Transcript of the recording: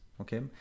okay